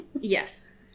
Yes